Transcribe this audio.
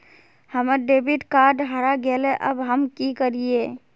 हमर debit card हरा गेले अब हम की करिये?